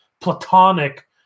platonic